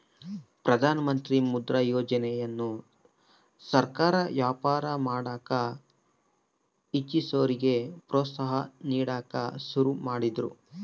ಪ್ರಧಾನಮಂತ್ರಿ ಮುದ್ರಾ ಯೋಜನೆಯನ್ನ ಸರ್ಕಾರ ವ್ಯಾಪಾರ ಮಾಡಕ ಇಚ್ಚಿಸೋರಿಗೆ ಪ್ರೋತ್ಸಾಹ ನೀಡಕ ಶುರು ಮಾಡಿದ್ರು